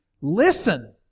listen